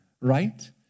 Right